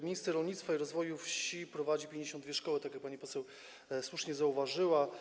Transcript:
Minister rolnictwa i rozwoju wsi prowadzi 52 szkoły, tak jak pani poseł słusznie zauważyła.